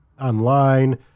online